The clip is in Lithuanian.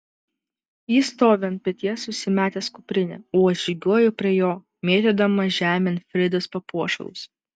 jis stovi ant peties užsimetęs kuprinę o aš žygiuoju prie jo mėtydama žemėn fridos papuošalus